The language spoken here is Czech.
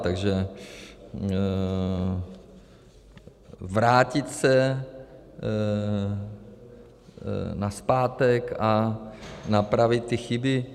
Takže vrátit se nazpátek a napravit ty chyby.